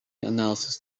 analysis